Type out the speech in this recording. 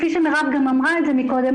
כפי שמירב גם אמרה קודם,